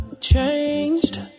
changed